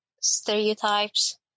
stereotypes